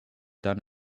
done